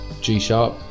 G-sharp